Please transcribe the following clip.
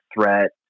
threat